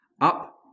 up